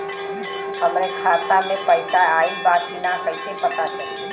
हमरे खाता में पैसा ऑइल बा कि ना कैसे पता चली?